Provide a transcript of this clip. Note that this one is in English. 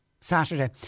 Saturday